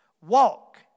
Walk